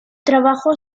trabajo